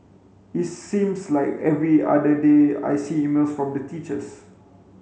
it seems like every other day I see emails from the teachers